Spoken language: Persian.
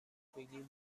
بگی